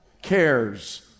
cares